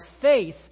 faith